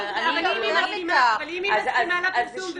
אני פלונית --- אבל אם היא מסכימה לפרסום,